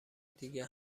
دیگه